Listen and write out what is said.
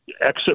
exit